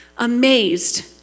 amazed